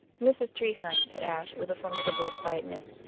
mrs. treherne, said ashe, with a formidable quietness,